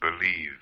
believe